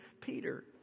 Peter